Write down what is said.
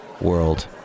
world